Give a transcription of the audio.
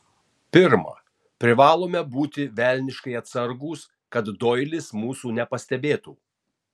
pirma privalome būti velniškai atsargūs kad doilis mūsų nepastebėtų